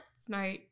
smart